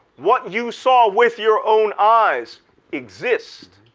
what you saw with your own eyes exists.